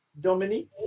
Dominique